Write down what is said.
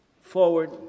forward